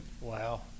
Wow